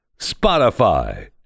Spotify